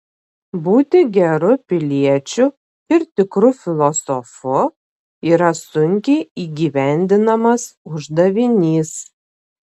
būti geru piliečiu ir tikru filosofu yra sunkiai įgyvendinamas uždavinys